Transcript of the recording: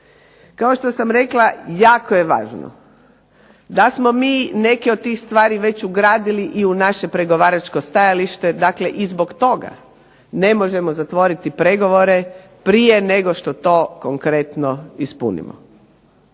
Kao što sam rekla jako je važno da smo mi neke od tih stvari već ugradili i u naše pregovaračko stajalište, dakle i zbog toga ne možemo zatvoriti pregovore prije nego što to konkretno ispunimo.